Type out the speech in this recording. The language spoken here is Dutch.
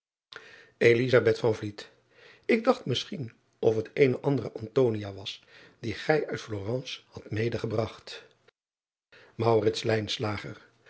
k dacht misschien of het eene andere was die gij uit lorence hadt medegebragt